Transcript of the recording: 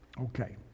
Okay